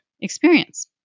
experience